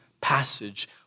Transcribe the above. passage